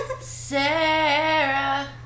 Sarah